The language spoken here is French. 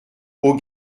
aux